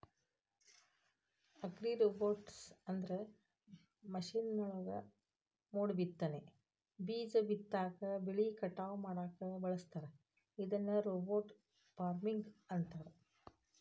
ಅಗ್ರಿರೋಬೊಟ್ಸ್ಅಂದ್ರ ಮಷೇನ್ಗಳನ್ನ ಮೋಡಬಿತ್ತನೆ, ಬೇಜ ಬಿತ್ತಾಕ, ಬೆಳಿ ಕಟಾವ್ ಮಾಡಾಕ ಬಳಸ್ತಾರ ಇದಕ್ಕ ರೋಬೋಟ್ ಫಾರ್ಮಿಂಗ್ ಅಂತಾರ